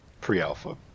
pre-alpha